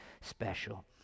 special